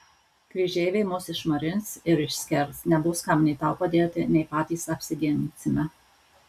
kryžeiviai mus išmarins ir išskers nebus kam nei tau padėti nei patys apsiginsime